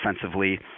offensively